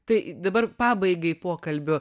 tai dabar pabaigai pokalbio